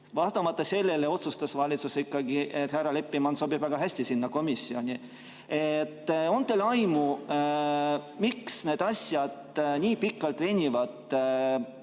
Vaatamata sellele otsustas valitsus, et härra Leppiman sobib väga hästi sinna komisjoni. On teil aimu, miks need asjad nii pikalt venivad?